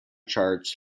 charts